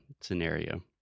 scenario